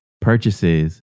purchases